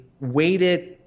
weighted